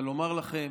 אבל לומר לכם